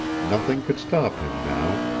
nothing could stop him now.